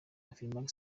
afrifame